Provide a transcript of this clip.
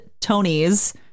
Tony's